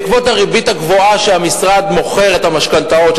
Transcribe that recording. בעקבות הריבית הגבוהה שהמשרד מוכר את המשכנתאות,